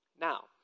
Now